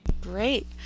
great